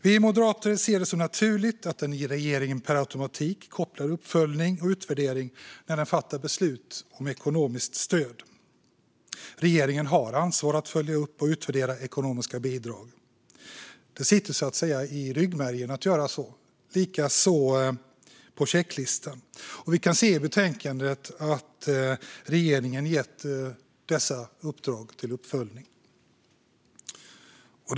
Vi moderater ser det som naturligt att en regering per automatik kopplar på uppföljning och utvärdering när den fattar beslut om ekonomiskt stöd. Regeringen har ansvar att följa upp och utvärdera ekonomiska bidrag. Det sitter så att säga i ryggmärgen att göra så. Likaså finns det med på checklistan. Vi kan se i betänkandet att regeringen gett uppdrag om uppföljning av detta.